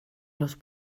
los